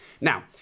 Now